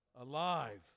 Alive